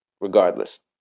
regardless